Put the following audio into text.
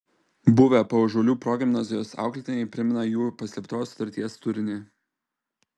buvę paužuolių progimnazijos auklėtiniai primena jų paslėptos sutarties turinį